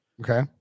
Okay